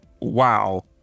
Wow